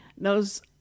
knows